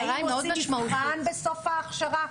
האם עושים מבחן בסוף ההכשרה?